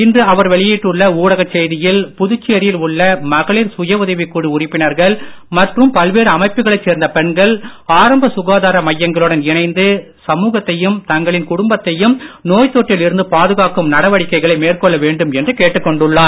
இன்று அவர் வெளியிட்டுள்ள ஊடகச் செய்தியில் புதுச்சேரியில் உள்ள மகளிர் சுயஉதவிக் குழு உறுப்பினர்கள் மற்றும் பல்வேறு அமைப்புகளைச் சேர்ந்த பெண்கள் ஆரம்ப சுகாதார மையங்களுடன் இணைந்து சமூகத்தையும் தங்களின் குடும்பத்தையும் நோய் தொற்றில் இருந்து பாதுகாக்கும் நடவடிக்கைகளை மேற்கொள்ள வேண்டும் என்று கேட்டுக் கொண்டுள்ளார்